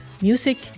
Music